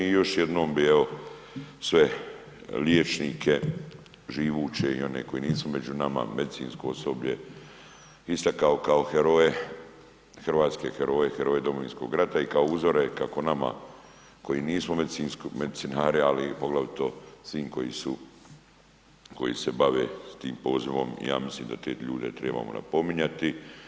I još jednom bih sve liječnike živuće i one koji nisu među nama medicinsko osoblje istakao kao heroje, hrvatske heroje, heroje Domovinskog rata i kao uzore kako nama koji nismo medicinari, a poglavito svim koji se bave s tim pozivom, ja mislim da te ljude trebamo napominjati.